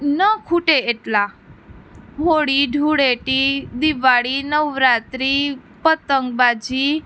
ન ખૂટે એટલા હોળી ધૂળેટી દિવાળી નવરાત્રી પતંગબાજી